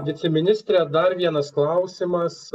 viceministre dar vienas klausimas